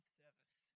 service